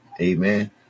Amen